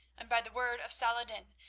and by the word of salah-ed-din,